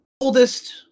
oldest